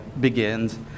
begins